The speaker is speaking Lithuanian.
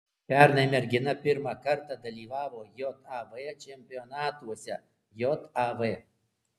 pernai mergina pirmą kartą dalyvavo jav čempionatuose jav